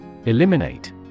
Eliminate